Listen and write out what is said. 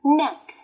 neck